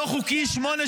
למה?